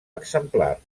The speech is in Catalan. exemplar